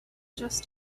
just